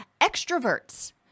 Extroverts